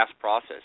process